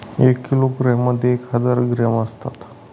एका किलोग्रॅम मध्ये एक हजार ग्रॅम असतात